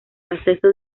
acceso